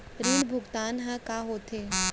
ऋण भुगतान ह का होथे?